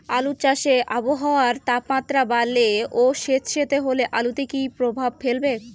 আলু চাষে আবহাওয়ার তাপমাত্রা বাড়লে ও সেতসেতে হলে আলুতে কী প্রভাব ফেলবে?